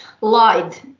lied